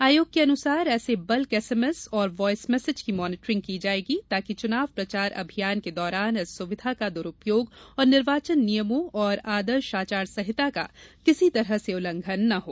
आयोग के अनुसार ऐसे बल्क एसएमएस और वायस मैसेज की मानीटरिंग की जायेगी ताकि चुनाव प्रचार अभियान के दौरान इस सुविधा का दुरूपयोग और निर्वाचन नियमों एवं आदर्श आचार संहिता का किसी तरह से उल्लंघन ना हो